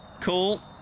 Cool